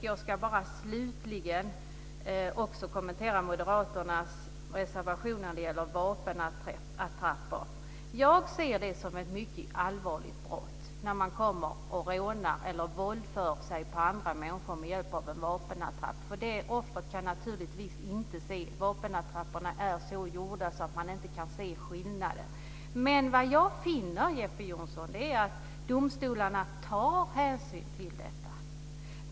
Jag ska slutligen också bara kommentera moderaternas reservation när det gäller vapenattrapper. Jag ser det som ett mycket allvarligt brott när man rånar eller våldför sig på andra människor med hjälp av en vapenattrapp. Offret kan naturligtvis inte se att det är en attrapp. Vapenattrapperna är så gjorda att man inte kan se skillnaden. Men vad jag finner, Jeppe Johnsson, är att domstolarna tar hänsyn till detta.